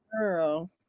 girl